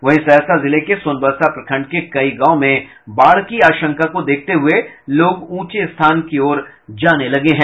वहीं सहरसा जिले के सोनबरसा प्रखंड के कई गांव में बाढ़ की आशंका को देखते हुए लोग ऊंचे स्थान की ओर जाने लगे हैं